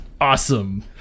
Awesome